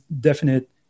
definite